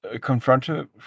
confronted